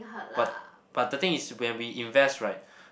but but the thing is when we invest right